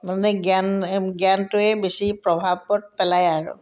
মানে জ্ঞান জ্ঞানটোৱে বেছি প্ৰভাৱত পেলায় আৰু